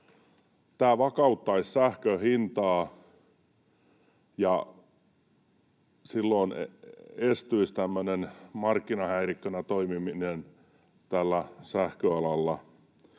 Tämä vakauttaisi sähkön hintaa, ja silloin estyisi tämmöinen markkinahäirikkönä toimiminen tällä sähköalalla,